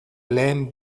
lehen